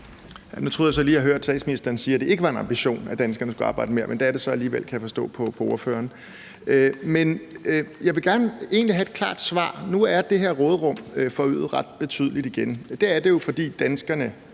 Nu troede jeg så lige, at jeg hørte statsministeren sige, at det ikke var en ambition, at danskerne skulle arbejde mere, men det er det så alligevel, kan jeg forstå på ordføreren. Jeg vil egentlig gerne have et klart svar. Nu er det her råderum forøget ret betydeligt igen, og det er det jo, fordi danskerne